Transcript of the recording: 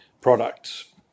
products